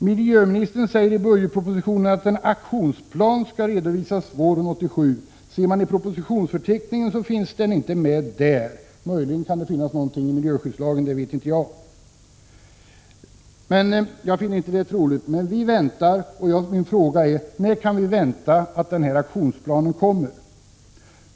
Miljöministern säger i budgetpropositionen att en aktionsplan skall redovisas våren 1987, men i propositionsförteckningen finns ingen aktionsplan. Möjligen kan det finnas något i förslaget till ändringar i miljöskyddslagen, men jag finner det inte troligt, och min fråga är: När kan vi vänta att aktionsplanen kommer?